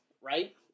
Right